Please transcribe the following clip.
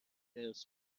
حرص